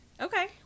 Okay